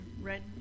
red